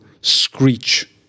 screech